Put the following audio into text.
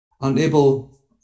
Unable